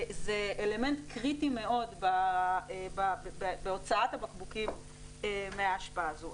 זה אלמנט קריטי מאוד בהוצאת הבקבוקים מהאשפה הזאת.